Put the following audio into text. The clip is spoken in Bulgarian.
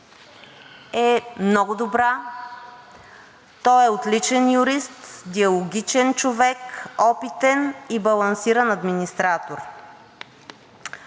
е много добра. Той е отличен юрист, диалогичен човек, опитен и балансиран администратор.